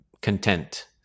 content